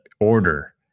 order